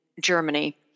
Germany